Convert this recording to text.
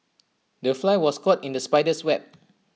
the fly was caught in the spider's web